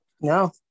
no